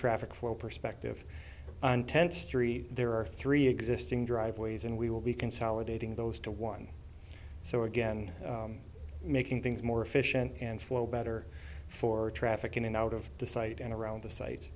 traffic flow perspective on tenth street there are three existing driveways and we will be consolidating those to one so again making things more efficient and flow better for traffic in and out of the site and around the si